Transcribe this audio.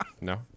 No